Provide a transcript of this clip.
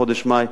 בחודש מאי,